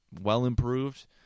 well-improved